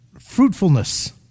fruitfulness